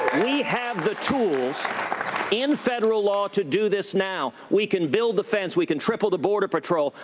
and we have the tools in federal law to do this now. we can build the fence. we can triple the border patrol.